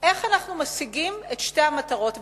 איך אנחנו משיגים את שתי המטרות במקביל: